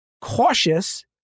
cautious